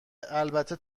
البته